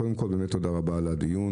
קודם כל, באמת תודה רבה על הדיון.